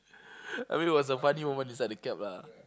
I mean it was a funny moment inside the cab lah